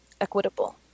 equitable